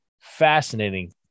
fascinating